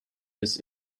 this